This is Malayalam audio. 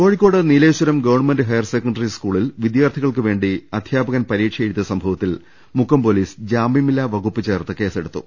കോഴിക്കോട് നീലേശ്വരം ഗവൺമെന്റ് ഹയർസെക്കന്ററി സ്കൂളിൽ വിദ്യാർത്ഥികൾക്ക് വേണ്ടി അധ്യാപികൻ പ്രീക്ഷയെഴു തിയ സംഭവത്തിൽ മുക്കം പൊലീസ് ജാമൃമില്ലാ വകുപ്പ് ചേർത്ത് കേസെടുത്തു